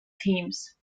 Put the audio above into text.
teams